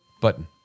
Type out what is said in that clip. Button